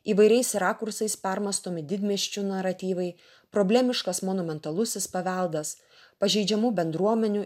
įvairiais rakursais permąstomi didmiesčių naratyvai problemiškas monumentalusis paveldas pažeidžiamų bendruomenių